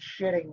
shitting